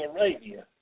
Arabia